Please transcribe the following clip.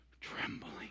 trembling